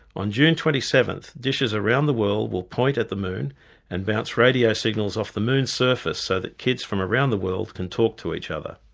on june twenty seventh dishes around the world will point at the moon and bounce radio signals off the moon's surface so that kids from around the world can talk to each other.